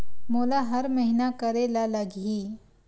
मोला हर महीना करे ल लगही?